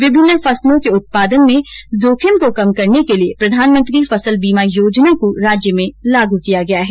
विभिन्न फसलों के उत्पादन में जोखिम को कम करने के लिए प्रधानमंत्री फसल बीमा योजना को राज्य में लागू किया गया है